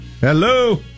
Hello